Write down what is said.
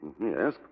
Yes